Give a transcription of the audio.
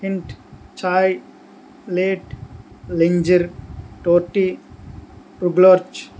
hint చాయ్ ప్లేట్ లింజర్ టోటీ రుగులఖ్